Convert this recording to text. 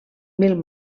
mil